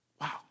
Wow